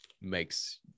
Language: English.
makes